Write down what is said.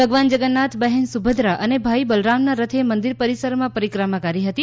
ભગવાન જગન્નાથ બહેન સુભદ્રા અને ભાઇ બલરામના રથે મંદિર પરિસરમાં પરિક્રમા કરી હતી